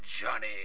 Johnny